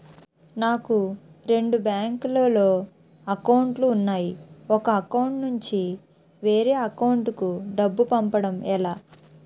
నాకు రెండు బ్యాంక్ లో లో అకౌంట్ లు ఉన్నాయి ఒక అకౌంట్ నుంచి వేరే అకౌంట్ కు డబ్బు పంపడం ఎలా?